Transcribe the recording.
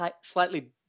slightly